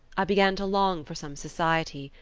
i began to long for some society,